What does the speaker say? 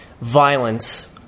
violence